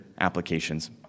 applications